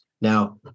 Now